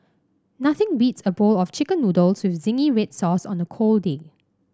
nothing beats a bowl of chicken noodles with zingy red sauce on a cold day